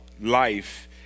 life